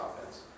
offense